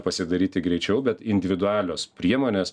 pasidaryti greičiau bet individualios priemonės